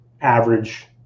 average